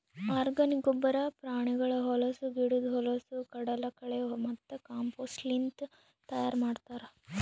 organic ಗೊಬ್ಬರ ಪ್ರಾಣಿಗಳ ಹೊಲಸು, ಗಿಡುದ್ ಹೊಲಸು, ಕಡಲಕಳೆ ಮತ್ತ ಕಾಂಪೋಸ್ಟ್ಲಿಂತ್ ತೈಯಾರ್ ಮಾಡ್ತರ್